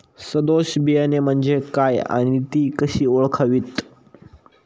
सदोष बियाणे म्हणजे काय आणि ती कशी ओळखावीत?